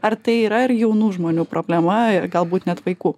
ar tai yra ir jaunų žmonių problema galbūt net vaikų